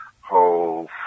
whole